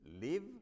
live